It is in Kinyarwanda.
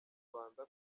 rwanda